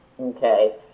Okay